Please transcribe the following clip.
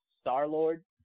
Star-Lord